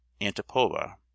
Antipova